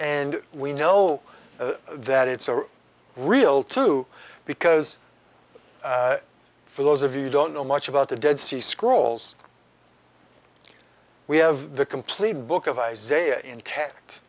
and we know that it's real too because for those of you don't know much about the dead sea scrolls we have the complete book of isaiah intact